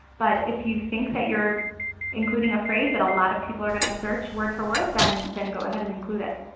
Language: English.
but if you think that you're including a phrase that a lot of people are going to search word for word then then go ahead and include it.